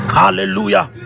hallelujah